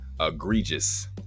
egregious